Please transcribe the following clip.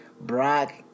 Brock